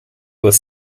was